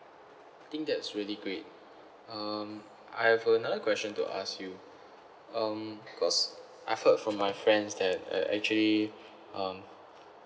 I think that's really great um I have another question to ask you um because I heard from my friends that uh actually um